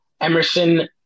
Emerson